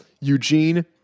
Eugene